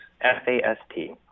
F-A-S-T